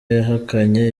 yahakanye